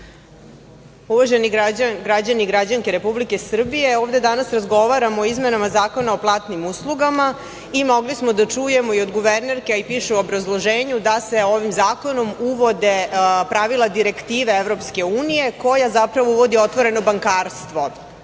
Uvaženi građani i građanke Republike Srbije, ovde danas razgovaramo o izmenama Zakona o platnim uslugama i mogli smo da čujemo i od guvernerke, a i piše u obrazloženju da se ovim zakonom uvode pravila direktive EU koja zapravo uvodi otvoreno bankarstvo